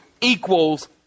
equals